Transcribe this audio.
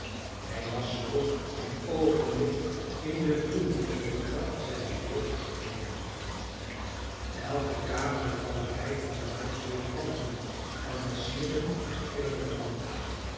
hij was zoo in een oogenblik in den bloei en de kracht zijner jeugd neergeveld elke kamer en galerij van het huis weergalmde van het snikken en gillen der wanhoop